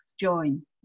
join